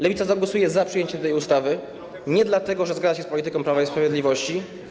Lewica zagłosuje za przyjęciem tej ustawy nie dlatego, że zgadza się z polityką Prawa i Sprawiedliwości.